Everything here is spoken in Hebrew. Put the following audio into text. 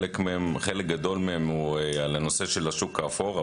חלק גדול מהם הוא על נושא השוק האפור,